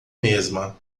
mesma